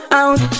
out